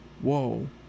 Whoa